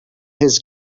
his